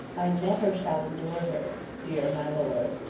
i never shall endure her. dear my lord,